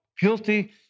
guilty